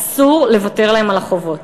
אסור לוותר להם על החובות.